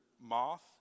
moth